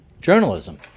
journalism